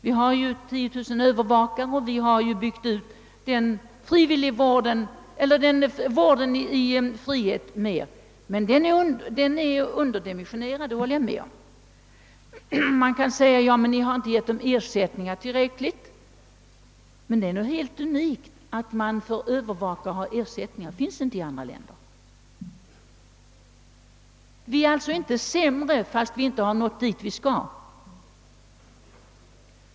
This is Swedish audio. Vi har 10000 frivilliga övervakare, och vi har ytterligare utbyggt den statliga vården i frihet. Jag håller med om att denna vård är underdimensionerad. En invändning är att staten icke betalat tillräckliga ersättningar till övervakarna. Må så vara, men detta med ersättningar är också helt unikt för vårt land; sådant finns inte i andra länder. Vi har det alltså inte sämre, fastän vi inte nått dit vi bör nå.